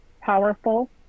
powerful